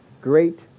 great